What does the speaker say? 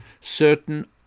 certain